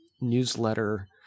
newsletter